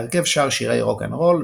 ההרכב שר שירי רוקנרול,